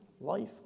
life